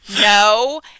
No